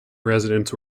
residence